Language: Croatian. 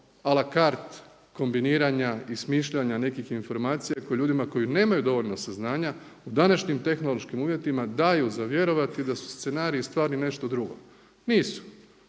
a la cart kombiniranja i smišljanja nekih informacija koji ljudima, koji nemaju dovoljno saznanja u današnjim tehnološkim uvjetima daju za vjerovati da su scenariji u stvari nešto drugo. Nisu.